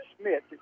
Smith